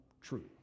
true